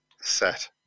set